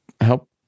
help